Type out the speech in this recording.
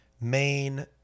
Main